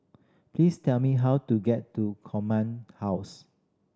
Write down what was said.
please tell me how to get to Command House